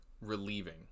relieving